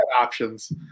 options